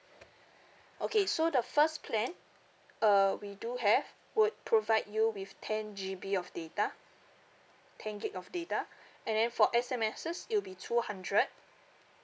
okay so the first plan uh we do have would provide you with ten G_B of data ten gigabyte of data and then for S_M_Ss it will be two hundred